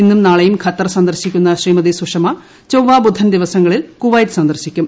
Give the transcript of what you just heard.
ഇന്നും നാളെയും ഖത്തർ സന്ദർശിക്കുന്ന ശ്രീമതി സുഷമ ചൊവ്വ ബുധൻ ദിവസങ്ങളിൽ കുവൈറ്റ് സന്ദർശിക്കും